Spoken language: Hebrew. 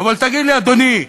אבל תגיד לי, אדוני,